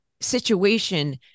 situation